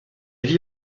vit